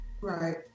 Right